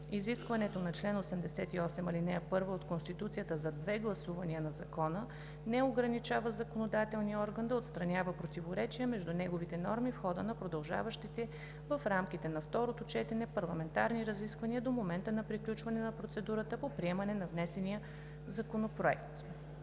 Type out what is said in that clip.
изискването на чл. 88, ал. 1 от Конституцията за две гласувания на закона не ограничава законодателния орган да отстранява противоречия между неговите норми в хода на продължаващите в рамките на второто четене парламентарни разисквания до момента на приключване на процедурата по приемане на внесения законопроект.